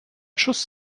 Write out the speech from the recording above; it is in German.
schuss